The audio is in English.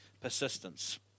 Persistence